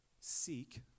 Seek